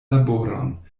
laboron